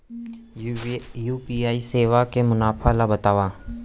UPI सेवा के मुनाफा ल बतावव?